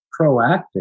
proactive